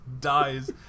dies